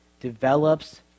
develops